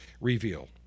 reveal